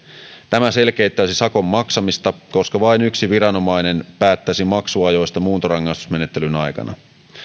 tämä selkeyttäisi sakon maksamista koska vain yksi viranomainen päättäisi maksuajoista muuntorangaistusmenettelyn aikana